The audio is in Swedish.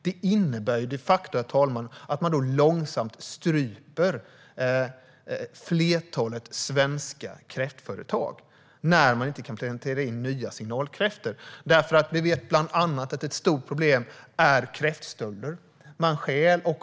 Det innebär de facto, herr talman, att man långsamt stryper flertalet svenska kräftföretag eftersom de inte kan plantera in nya signalkräftor. Vi vet bland annat att ett stort problem är kräftstölder. Kräftor stjäls.